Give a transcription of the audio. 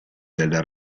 del